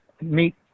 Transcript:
meet